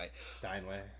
Steinway